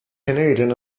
canadian